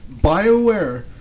BioWare